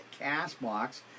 Castbox